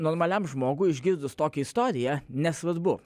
normaliam žmogui išgirdus tokią istoriją nesvarbu